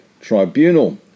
Tribunal